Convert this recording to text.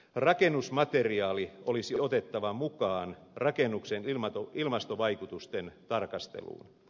rakennusmateriaali olisi otettava mukaan rakennuksen ilmastovaikutusten tarkasteluun